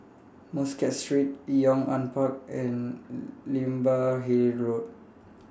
Muscat Street Yong An Park and Imbiah Hill Road